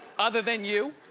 other than you?